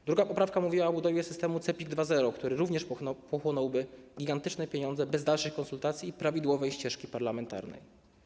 W drugiej poprawce mowa była o budowie systemu CEPiK 2.0, który również pochłonąłby gigantyczne pieniądze, bez dalszych konsultacji i prawidłowej ścieżki parlamentarnej.